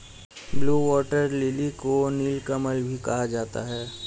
blue water lily को नीलकमल भी कहा जाता है